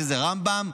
שזה רמב"ם,